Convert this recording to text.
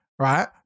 Right